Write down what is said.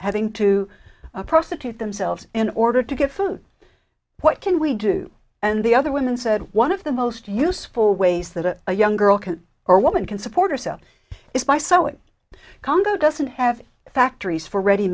having to prostitute themselves in order to get food what can we do and the other women said one of the most useful ways that a young girl can or woman can support herself is by sewing congo doesn't have factories for ready